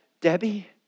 Debbie